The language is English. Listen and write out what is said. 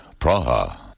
Praha